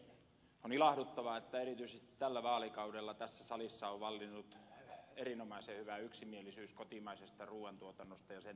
on ilahduttavaa että erityisesti tällä vaalikaudella tässä salissa on vallinnut erinomaisen hyvä yksimielisyys kotimaisesta ruuantuotannosta ja sen tärkeydestä